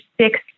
six